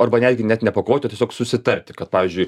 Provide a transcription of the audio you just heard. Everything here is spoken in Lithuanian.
arba netgi net nepakovoti o tiesiog susitarti kad pavyzdžiui